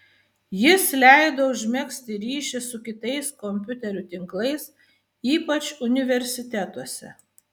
jis leido užmegzti ryšį su kitais kompiuterių tinklais ypač universitetuose